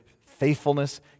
faithfulness